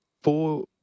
four